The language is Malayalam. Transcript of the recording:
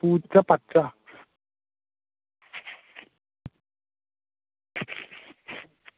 പൂച്ച പച്ച